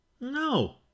no